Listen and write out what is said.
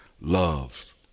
loves